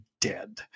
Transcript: dead